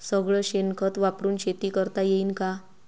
सगळं शेन खत वापरुन शेती करता येईन का?